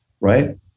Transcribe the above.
right